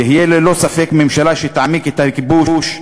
תהיה ללא ספק ממשלה שתעמיק את הכיבוש,